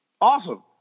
Awesome